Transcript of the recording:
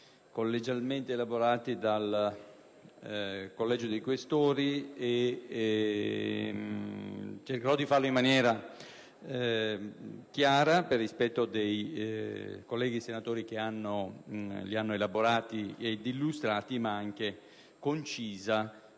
collegialmente elaborati dal Collegio dei Questori, e cercherò di farlo in maniera chiara per rispetto ai colleghi che li hanno elaborati ed illustrati, ma anche concisa.